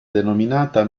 denominata